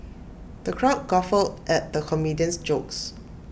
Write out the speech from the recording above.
the crowd guffawed at the comedian's jokes